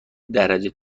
درجه